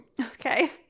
Okay